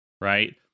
right